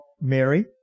Mary